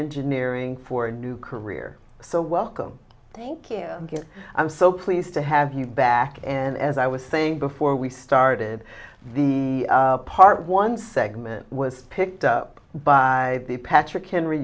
reengineering for a new career so welcome thank you i'm so pleased to have you back and as i was saying before we started the part one segment was picked up by patrick henry